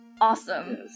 Awesome